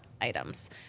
items